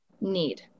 need